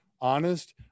honest